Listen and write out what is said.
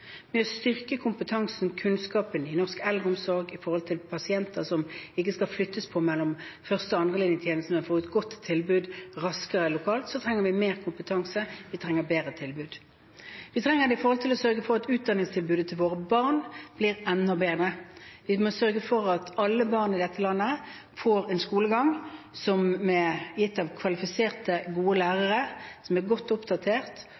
å styrke kunnskapen i norsk eldreomsorg når det gjelder til pasienter som ikke skal flyttes på mellom første- og andrelinjetjenesten, men få et godt tilbud raskere lokalt, trenger vi mer kompetanse, og vi trenger bedre tilbud. Vi trenger det for å sørge for at utdanningstilbudet til våre barn blir enda bedre. Vi må sørge for at alle barn i dette landet får en skolegang med kvalifiserte, gode lærere som er godt oppdatert,